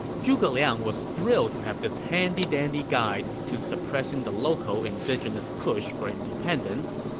zhuge liang was thrilled to have this handy dandy guide to suppressing the local indigenous push for independence,